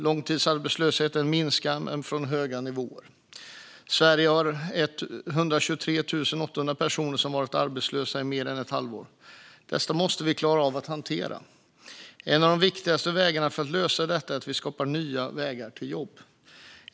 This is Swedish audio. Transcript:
Långtidsarbetslösheten minskar men från höga nivåer. Sverige har 123 800 personer som varit arbetslösa i mer än ett halvår. Detta måste vi klara av att hantera. En av de viktigaste vägarna för att lösa detta är att vi skapar nya vägar till jobb.